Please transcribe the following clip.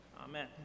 Amen